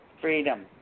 Freedom